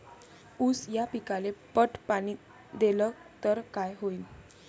ऊस या पिकाले पट पाणी देल्ल तर काय होईन?